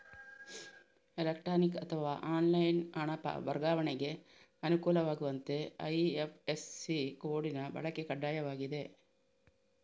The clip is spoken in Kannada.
ಎಲೆಕ್ಟ್ರಾನಿಕ್ ಅಥವಾ ಆನ್ಲೈನ್ ಹಣ ವರ್ಗಾವಣೆಗೆ ಅನುಕೂಲವಾಗುವಂತೆ ಐ.ಎಫ್.ಎಸ್.ಸಿ ಕೋಡಿನ ಬಳಕೆ ಕಡ್ಡಾಯವಾಗಿದೆ